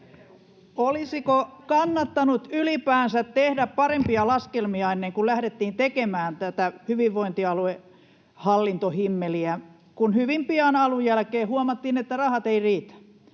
Olisiko kannattanut ylipäänsä tehdä parempia laskelmia, ennen kuin lähdettiin tekemään tätä hyvinvointialuehallintohimmeliä, kun hyvin pian alun jälkeen huomattiin, että rahat eivät riitä?